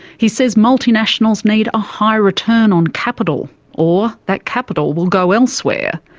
he says multinationals need a high return on capital or that capital will go elsewhere.